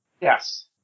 Yes